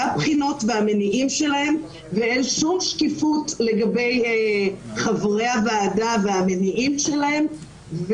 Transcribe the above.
הבחינות והמניעים שלהם ולא לגבי חברי הוועדה והמניעים שלהם.